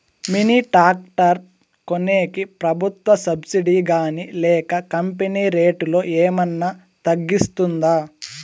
Mini tractor కొనేకి ప్రభుత్వ subsidy గాని లేక కంపెని రేటులో ఏమన్నా తగ్గిస్తుందా?